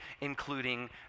including